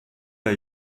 der